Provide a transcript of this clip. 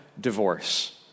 divorce